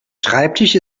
schreibtisch